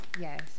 Yes